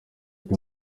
koko